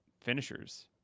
finishers